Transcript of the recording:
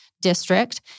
district